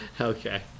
Okay